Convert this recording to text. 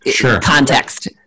context